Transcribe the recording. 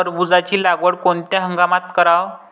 टरबूजाची लागवड कोनत्या हंगामात कराव?